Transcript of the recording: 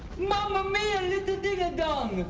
mamma mia, little dingadong!